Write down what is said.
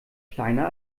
kleiner